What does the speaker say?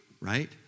right